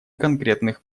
конкретных